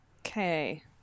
Okay